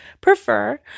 prefer